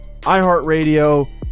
iHeartRadio